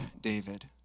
David